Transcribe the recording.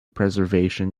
preservation